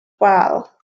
pal